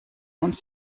und